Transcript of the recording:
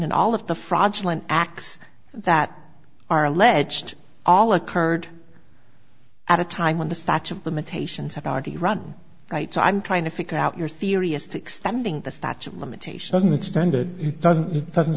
and all of the fraudulent acts that are alleged all occurred at a time when the statute of limitations has already run right so i'm trying to figure out your theory as to extending the statute of limitations extended it doesn't it doesn't